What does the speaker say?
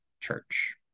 church